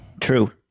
True